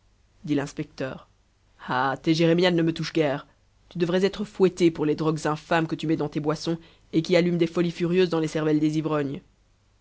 dit l'inspecteur ah tes jérémiades ne me touchent guère tu devrais être fouettée pour les drogues infâmes que tu mets dans tes boissons et qui allument des folies furieuses dans les cervelles des ivrognes